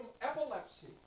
epilepsy